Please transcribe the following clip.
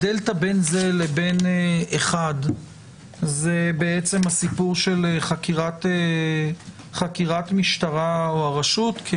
הדלתא בין זה לבין 1 זה בעצם הסיפור של חקירת משטרה או הרשות.